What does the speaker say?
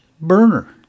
burner